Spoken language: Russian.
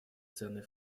ценный